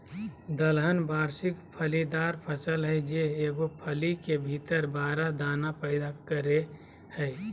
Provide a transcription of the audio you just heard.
दलहन वार्षिक फलीदार फसल हइ जे एगो फली के भीतर बारह दाना पैदा करेय हइ